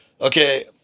okay